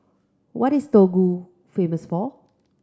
what is Togo famous for